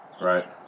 Right